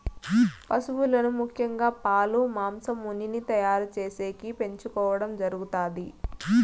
పసువులను ముఖ్యంగా పాలు, మాంసం, ఉన్నిని తయారు చేసేకి పెంచుకోవడం జరుగుతాది